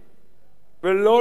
ולא לכל מצב